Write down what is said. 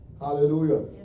Hallelujah